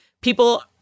people